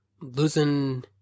Losing